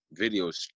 videos